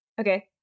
Okay